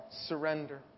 surrender